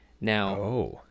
Now